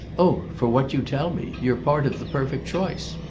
oh for what you tell me. you're part of the perfect choice.